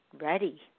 ready